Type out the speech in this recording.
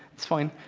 it's fine.